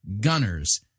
Gunners